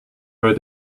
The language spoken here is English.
her